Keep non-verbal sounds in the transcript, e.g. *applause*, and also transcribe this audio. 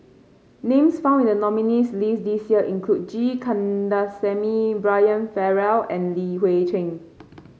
names found in the nominees' list this year include G Kandasamy Brian Farrell and Li Hui Cheng *noise*